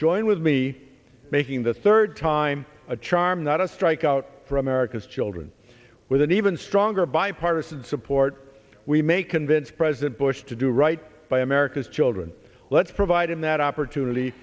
join with me making the third time a charm not a strike out for america's children with an even stronger bipartisan support we may convince president bush to do right by america's children let's provide him that opportunity